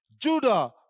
Judah